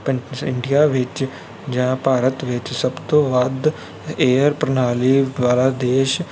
ਪੰ ਇੰਡੀਆ ਵਿੱਚ ਜਾਂ ਭਾਰਤ ਵਿੱਚ ਸਭ ਤੋਂ ਵੱਧ ਏਅਰ ਪ੍ਰਣਾਲੀ ਦੁਆਰਾ ਦੇਸ਼